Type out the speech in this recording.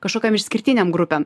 kažkokiom išskirtinėm grupėm